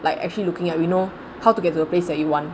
like actually looking at you know how to get to the place that you want